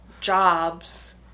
jobs